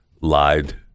lied